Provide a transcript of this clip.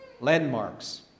landmarks